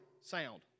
sound